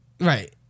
Right